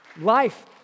life